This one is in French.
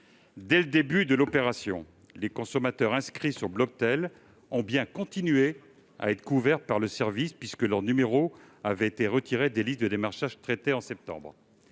Dès le début de l'opération, les consommateurs inscrits sur Bloctel ont continué d'être couverts par le service, puisque leurs numéros avaient été retirés des listes de démarchage traitées au mois de septembre.